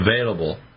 available